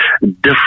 different